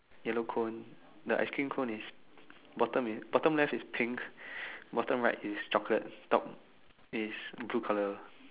yellow cone the ice cream cone is bottom is bottom left is pink bottom right is chocolate top is blue colour